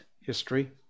history